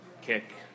kick